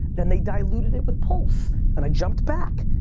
then they diluted it with pulse and i jumped back.